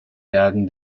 bergen